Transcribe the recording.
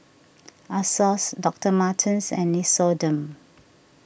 Asos Doctor Martens and Nixoderm